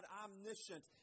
omniscient